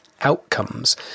outcomes